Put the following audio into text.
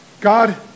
God